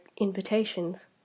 invitations